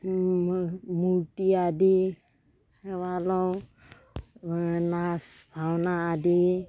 মূৰ্তি আদি সেৱা লওঁ নাচ ভাওনা আদি